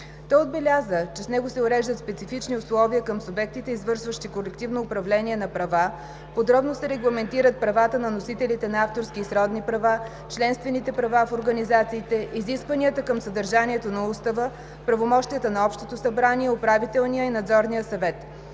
Той отбеляза, че с него се уреждат специфични условия към субектите, извършващи колективно управление на права, подробно се регламентират правата на носителите на авторски и сродни права, членствените права в организациите, изискванията към съдържанието на устава, правомощията на общото събрание, управителния и надзорния съвет.